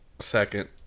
Second